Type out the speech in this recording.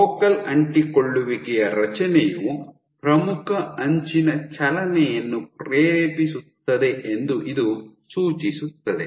focal ಅಂಟಿಕೊಳ್ಳುವಿಕೆಯ ರಚನೆಯು ಪ್ರಮುಖ ಅಂಚಿನ ಚಲನೆಯನ್ನು ಪ್ರೇರೇಪಿಸುತ್ತದೆ ಎಂದು ಇದು ಸೂಚಿಸುತ್ತದೆ